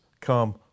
come